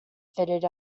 fitted